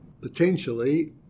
potentially